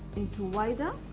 into wider